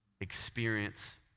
experience